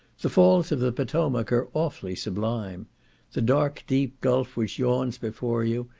the falls of the potomac are awfully sublime the dark deep gulf which yawns before you,